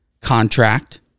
contract